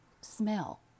smell